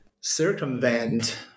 circumvent